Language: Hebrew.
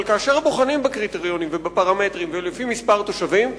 אבל כאשר בוחנים בקריטריונים ובפרמטרים ולפי מספר התושבים,